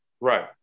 Right